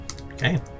Okay